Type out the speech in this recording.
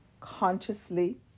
Consciously